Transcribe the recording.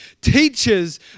teachers